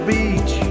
Beach